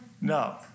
No